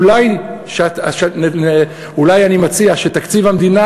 אולי, אני מציע, נצביע על תקציב המדינה